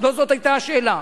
לא זו היתה השאלה.